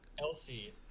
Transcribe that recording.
Elsie